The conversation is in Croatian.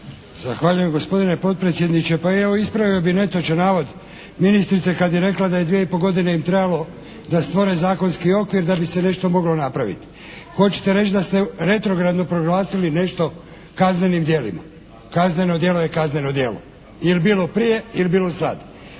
Zahvaljujem gospodine potpredsjedniče. Pa evo ispravio bih netočan navod ministrice kad je rekla da je dvije i pol godine im trebalo da stvore zakonski okvir da bi se nešto moglo napraviti. Hoćete reći da ste retrogradno proglasili nešto kaznenim djelima. Kazneno djelo je kazneno djelo ili bilo prije ili bilo sad.